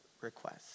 request